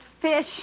fish